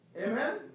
Amen